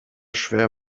schwer